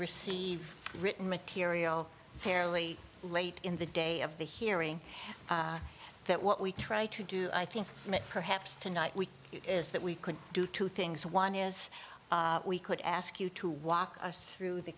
receive written material fairly late in the day of the hearing that what we try to do i think perhaps tonight we is that we could do two things one is we could ask you to walk us through the